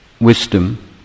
wisdom